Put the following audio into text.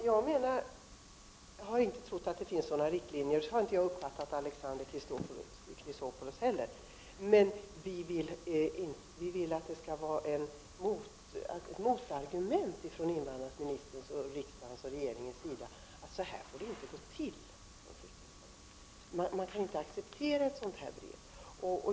Herr talman! Jag har inte trott att det finns sådana riktlinjer, och så har jag inte uppfattat att Alexander Chrisopoulos heller tror. Men vi vill att det skall föras fram motargument av invandrarministern och från regering och riksdag, att så här får det inte gå till på en flyktingförläggning, att man inte kan acceptera ett sådant brev.